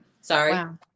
Sorry